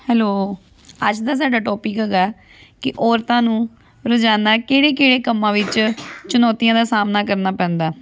hello ਅੱਜ ਦਾ ਸਾਡਾ ਟੋਪਿਕ ਹੈਗਾ ਕਿ ਔਰਤਾਂ ਨੂੰ ਰੋਜ਼ਾਨਾ ਕਿਹੜੇ ਕਿਹੜੇ ਕੰਮਾਂ ਵਿੱਚ ਚੁਣੌਤੀਆਂ ਦਾ ਸਾਹਮਣਾ ਕਰਨਾ ਪੈਂਦਾ